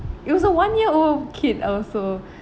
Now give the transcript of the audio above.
it was a one year old kid also